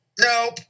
Nope